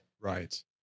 Right